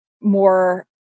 more